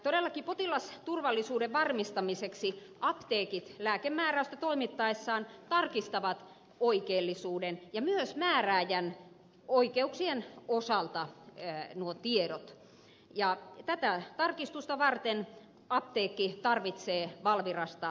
todellakin potilasturvallisuuden varmistamiseksi apteekit lääkemääräystä toimittaessaan tarkistavat oikeellisuuden ja myös määrääjän oikeuksien osalta nuo tiedot ja tätä tarkistusta varten apteekki tarvitsee valvirasta nuo tiedot